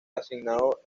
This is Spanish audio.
asignado